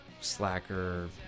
slacker